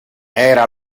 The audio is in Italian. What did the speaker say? era